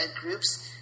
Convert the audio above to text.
groups